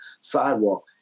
sidewalk